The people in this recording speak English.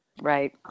Right